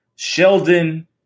Sheldon